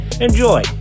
enjoy